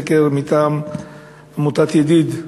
סקר מטעם עמותת "ידיד"